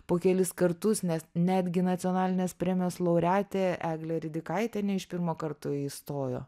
po kelis kartus nes netgi nacionalinės premijos laureatė eglė ridikaitė ne iš pirmo karto įstojo